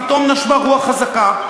פתאום נשבה רוח חזקה,